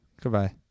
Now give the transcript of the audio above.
Goodbye